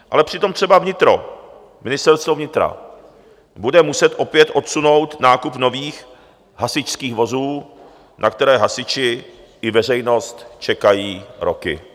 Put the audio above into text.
Ale přitom třeba vnitro, Ministerstvo vnitra, bude muset opět odsunout nákup nových hasičských vozů, na které hasiči i veřejnost čekají roky.